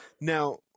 Now